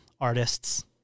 artists